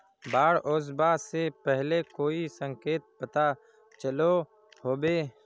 बाढ़ ओसबा से पहले कोई संकेत पता चलो होबे?